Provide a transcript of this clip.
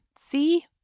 See